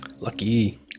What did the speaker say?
lucky